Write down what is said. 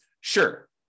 Sure